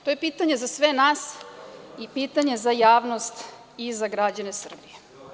To je pitanje za sve nas i pitanje za javnost i za građane Srbije.